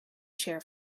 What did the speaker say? chair